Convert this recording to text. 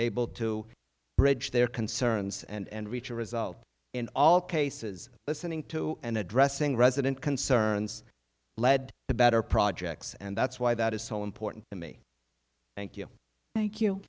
able to bridge their concerns and reach a result in all cases listening to and addressing resident concerns led to better projects and that's why that is so important to me thank you thank you